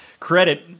credit